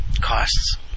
costs